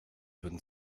würden